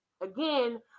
Again